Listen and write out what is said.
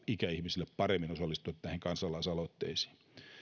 ikäihmisille paremmin tilaa osallistua näihin kansalaisaloitteisiin